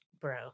Bro